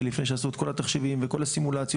לפני שעשו את כל התחשיבים וכל הסימולציות,